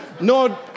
no